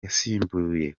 yasimbuye